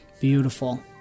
Beautiful